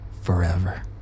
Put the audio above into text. forever